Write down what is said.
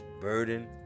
burden